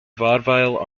vaudeville